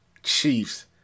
Chiefs